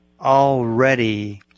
already